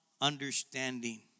understanding